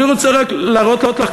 אני רוצה רק להראות לך,